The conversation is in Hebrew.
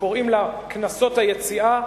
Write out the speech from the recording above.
שקוראים לה קנסות יציאה,